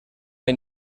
hay